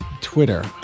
Twitter